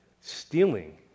Stealing